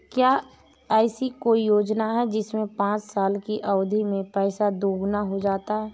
क्या ऐसी कोई योजना है जिसमें पाँच साल की अवधि में पैसा दोगुना हो जाता है?